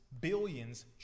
billions